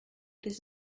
this